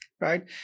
right